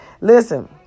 Listen